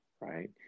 right